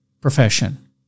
profession